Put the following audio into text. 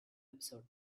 episode